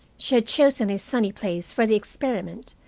she had chosen a sunny place for the experiment,